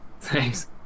Thanks